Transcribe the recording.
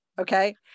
Okay